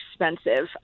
expensive